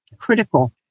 critical